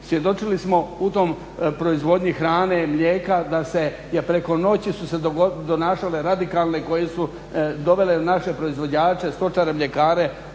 Svjedočili smo u toj proizvodnji hrane i mlijeka da su se preko noći donosile radikalne koje su dovele naše proizvođače stočare, mljekare